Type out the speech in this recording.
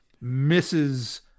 misses